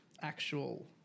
actual